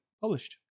published